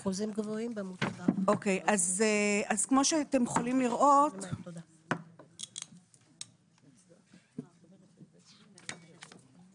אלו תוצאות הבירור של 2022. כמו שאתם רואים 61% מהפניות נמצאו מוצדקות.